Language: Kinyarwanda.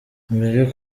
mureke